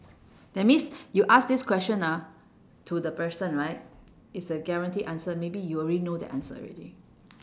that means you ask this question ah to the person right is a guaranteed answer maybe you already know the answer already